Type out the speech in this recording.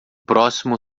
próximo